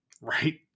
right